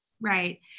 Right